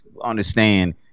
understand